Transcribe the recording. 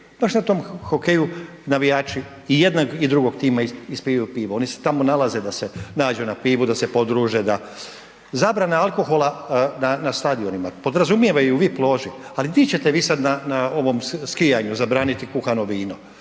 baš na tom hokeju navijači i jednog i drugog tima ispijaju pivo, oni se tamo nalaze da se nađu na pivu, da se podruže, da, zabrana alkohola na, na stadionima, podrazumijeva i u vip loži, ali di ćete vi sad na, na ovom skijanju zabraniti kuhano vino